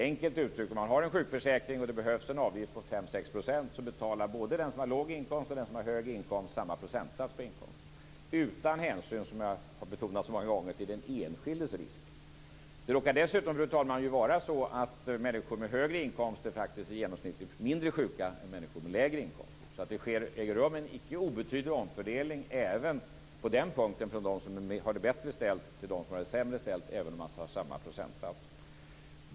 Enkelt uttryckt: Det finns en sjukförsäkring och det behövs en avgift på 5-6 %, så betalar både den som har låg inkomst och den som har hög inkomst samma procentsats på inkomsten - utan hänsyn till den enskildes risk. Det råkar också vara så, fru talman, att människor med högre inkomster i genomsnitt är mindre sjuka än människor med lägre inkomst. Det äger rum en icke obetydlig omfördelning från dem som har det bättre ställt till dem som har det sämre ställt även om de betalar samma procentsats.